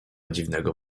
dziwnego